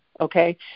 okay